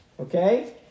Okay